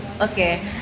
Okay